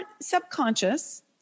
subconscious